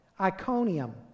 Iconium